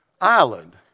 island